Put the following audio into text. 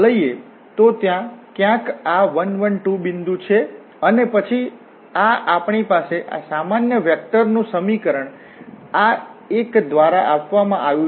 તો ત્યાં ક્યાંક આ 1 1 2 બિંદુ છે અને પછી આ આપણી પાસે આ સામાન્ય વેક્ટરનું સમીકરણ આ એક દ્વારા આપવામાં આવ્યું છે